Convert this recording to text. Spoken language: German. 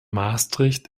maastricht